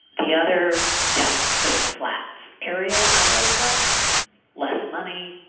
the other down in sort of the flats area of oakland less money,